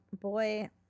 boy